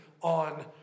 on